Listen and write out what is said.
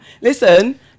Listen